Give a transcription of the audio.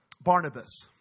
Barnabas